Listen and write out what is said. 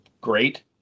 great